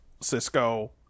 Cisco